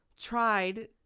tried